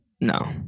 no